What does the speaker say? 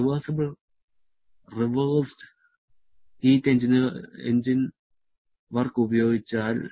reversible reversed heat engine work ഉപയോഗിച്ചാൽ